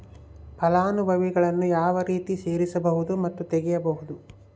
ಫಲಾನುಭವಿಗಳನ್ನು ಯಾವ ರೇತಿ ಸೇರಿಸಬಹುದು ಮತ್ತು ತೆಗೆಯಬಹುದು?